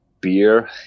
beer